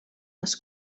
les